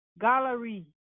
gallery